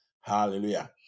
hallelujah